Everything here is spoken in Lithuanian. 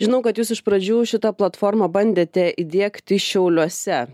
žinau kad jūs iš pradžių šitą platformą bandėte įdiegti šiauliuose